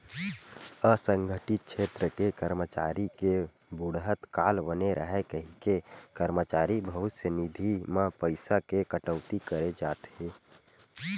असंगठित छेत्र के करमचारी के बुड़हत काल बने राहय कहिके करमचारी भविस्य निधि म पइसा के कटउती करे जाथे